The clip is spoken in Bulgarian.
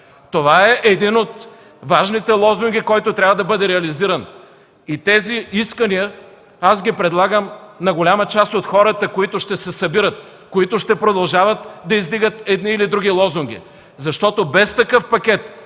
Това е един от важните лозунги, който трябва да бъде реализиран. Предлагам тези искания на голяма част от хората, които ще се събират и ще продължават да издигат едни или други лозунги, защото без такъв пакет